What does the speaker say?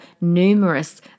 numerous